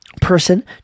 person